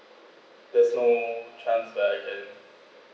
there's no chance that I can